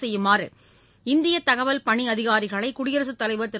செய்யுமாறு இந்திய தகவல் பணி அதிகாரிகளை குடியரசுத் தலைவர் திரு